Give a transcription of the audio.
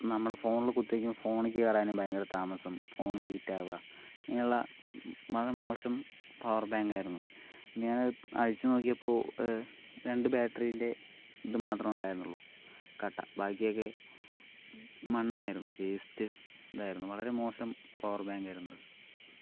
നമ്മളെ ഫോണിൽ കുത്തിവെക്കുമ്പോൾ ഫോണിലേക്ക് കയറാനും ഭയങ്കര താമസം ഫോൺ ഹീറ്റ് ആവുക ഇങ്ങനെയുള്ള വളരെ മോശം പവർ ബേങ്ക് ആയിരുന്നു ഞാൻ അത് അഴിച്ചുനോക്കിയപ്പോൾ രണ്ടു ബേറ്ററീൻ്റെ ഇത് മാത്രമേ ഉണ്ടായിരുന്നുള്ളു കട്ട ബാക്കിയൊക്കെ മണ്ണായിരുന്നു വേസ്റ്റ് ഇതായിരുന്നു വളരെ മോശം പവർ ബേങ്ക് ആയിരുന്നു